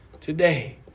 today